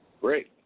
Great